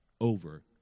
over